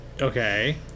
Okay